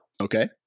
okay